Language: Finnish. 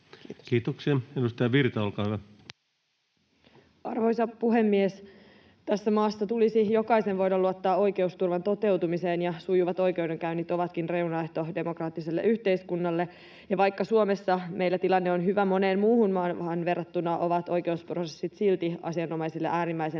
Kiitoksia. — Edustaja Virta, olkaa hyvä. Arvoisa puhemies! Tässä maassa tulisi jokaisen voida luottaa oikeusturvan toteutumiseen, ja sujuvat oikeudenkäynnit ovatkin reunaehto demokraattiselle yhteiskunnalle. Vaikka meillä Suomessa tilanne on hyvä moneen muuhun maahan verrattuna, ovat oikeusprosessit silti asianomaisille äärimmäisen